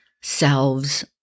selves